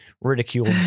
ridiculed